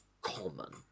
common